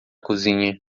cozinha